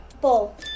Ball